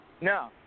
No